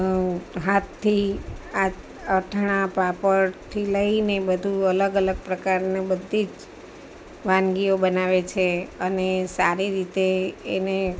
હાથથી અથાણા પાપડથી લઈને બધું અલગ અલગ પ્રકારની બધી જ વાનગીઓ બનાવે છે અને સારી રીતે એને